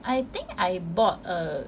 I think I bought a